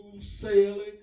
sailing